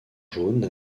jaune